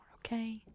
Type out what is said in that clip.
okay